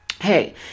hey